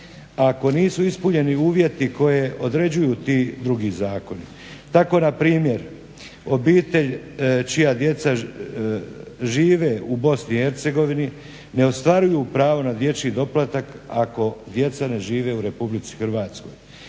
ako nisu ispunjeni uvjeti koji određuju ti drugi zakoni. Tako npr. obitelj čija djeca žive u BiH ne ostvaruju pravo na dječji doplatak ako djeca ne žive u RH. Terenskim